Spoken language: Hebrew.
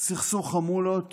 סכסוך חמולות